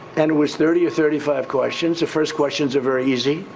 and it was thirty or thirty five questions. the first questions are very easy.